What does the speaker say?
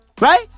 right